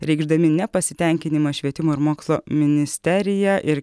reikšdami nepasitenkinimą švietimo ir mokslo ministerija ir